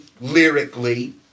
lyrically